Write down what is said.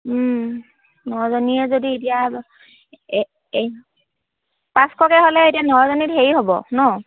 নজনীয়ে যদি এতিয়া এই পাঁচশকৈ হ'লে এতিয়া নজনীত হেৰি হ'ব ন